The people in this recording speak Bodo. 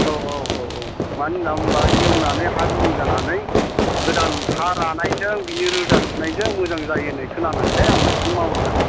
औ औ औ मानो होननानै बुङोबा एवनानै हा गुरुं जानानै गोदान हा रानायजों बिनि रोदा सुनायजों मोजां जायोनो खोनानायखाय आं बिदि मावदों आरो